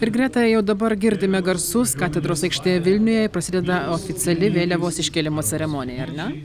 ir greta jau dabar girdime garsus katedros aikštėje vilniuje prasideda oficiali vėliavos iškėlimo ceremonija ar ne